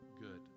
good